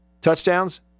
Touchdowns